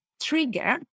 trigger